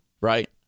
right